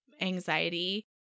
anxiety